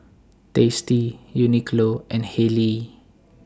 tasty Uniqlo and Haylee